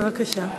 בבקשה.